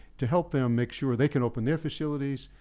to help them make sure they could open their facilities,